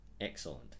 excellent